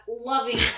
loving